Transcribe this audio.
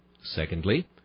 Secondly